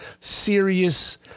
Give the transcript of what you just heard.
serious